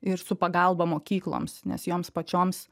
ir su pagalba mokykloms nes joms pačioms